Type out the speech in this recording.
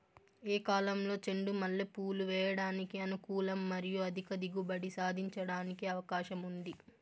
ఏ కాలంలో చెండు మల్లె పూలు వేయడానికి అనుకూలం మరియు అధిక దిగుబడి సాధించడానికి అవకాశం ఉంది?